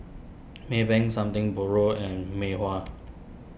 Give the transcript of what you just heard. Maybank Something Borrowed and Mei Hua